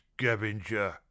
Scavenger